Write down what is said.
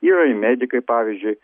yra ir medikai pavyzdžiui